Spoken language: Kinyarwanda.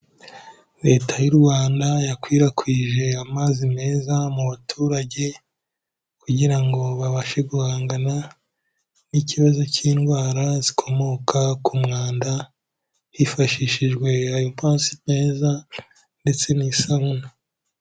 Leta y'u Rwanda yakwirakwije amazi meza mu baturage kugira ngo babashe guhangana n'ikibazo cy'indwara zikomoka ku mwanda, hifashishijwe ayo mazi meza ndetse n'isabune.